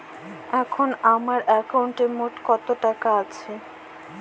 এখন আমার একাউন্টে মোট কত টাকা আছে?